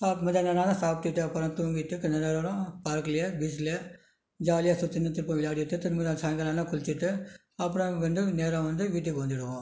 சாப்பிட்டு மத்தியானமானா சாப்பிட்டுட்டு அப்புறம் தூங்கிட்டு கொஞ்சம் நேரம் பார்கில் பீச்சில் ஜாலியாக சுற்றின்னு திரும்ப விளையாடிவிட்டுத் திரும்ப சாயங்காலம் ஆனால் குளித்திட்டு அப்புறம் அங்கிருந்து நேராக வந்து வீட்டுக்கு வந்துவிடுவோம்